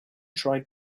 tried